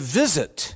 visit